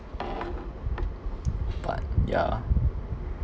but yeah